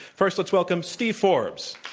first let's welcome steve forbes.